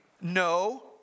no